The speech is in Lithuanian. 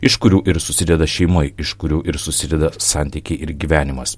iš kurių ir susideda šeima iš kurių ir susideda santykiai ir gyvenimas